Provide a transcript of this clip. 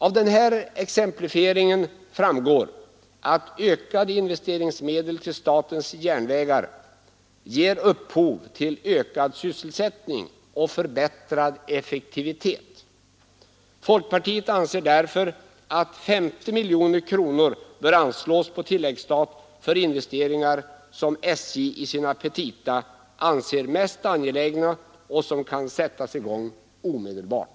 Av exemplifieringen framgår att ökade investeringsmedel till statens järnvägar ger upphov till ökad sysselsättning och förbättrad effektivitet. Folkpartiet anser därför att 50 miljoner kronor bör anslås på tilläggsstat för investeringar som SJ i sina petita anser mest angelägna och som kan sättas i gång omedelbart.